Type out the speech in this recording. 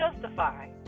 justify